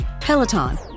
Peloton